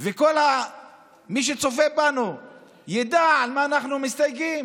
וכל מי שצופה בנו ידעו על מה אנחנו מסתייגים: